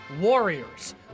Warriors